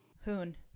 Hoon